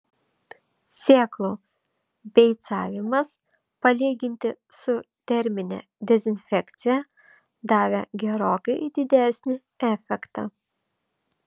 sėklų beicavimas palyginti su termine dezinfekcija davė gerokai didesnį efektą